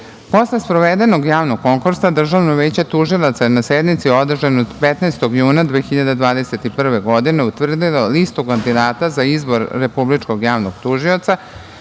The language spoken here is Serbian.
sprovedenog javnog konkursa Državno veće tužilaca na sednici održanoj 15. juna 2021. godine je utvrdilo listu kandidata za izbor Republičkog javnog tužioca,